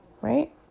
right